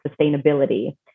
sustainability